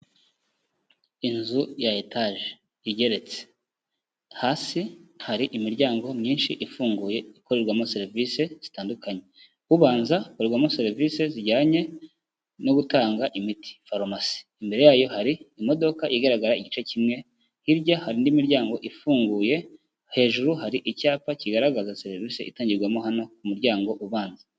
Inzu ya etaje igeretse, hasi hari imiryango myinshi ifunguye ikorerwamo serivisi zitandukanye, ubanza ukorerwamo serivisi zijyanye no gutanga imiti farumasi, imbere yayo hari imodoka igaragara igice kimwe, hirya hari indi miryango ifunguye, hejuru hari icyapa kigaragaza serivisi itangirwamo hano ku muryango ubanza.